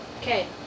Okay